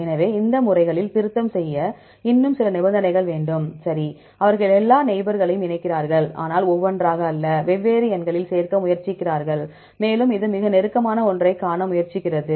எனவே இந்த முறைகளில் திருத்தம் செய்ய இன்னும் சில நிபந்தனைகள் வேண்டும் சரி அவர்கள் எல்லா நெய்பர்களையும் இணைகிறார்கள் ஆனால் ஒன்றொன்றாக அல்ல வெவ்வேறு எண்களில் சேர்க்க முயற்சிக்கிறார்கள் மேலும் இது மிக நெருக்கமான ஒன்றைக் காண முயற்சிக்கிறது